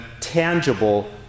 tangible